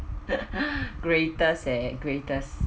greatest eh greatest